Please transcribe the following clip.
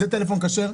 זה טלפון כשר,